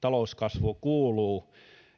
talouskasvu kuuluu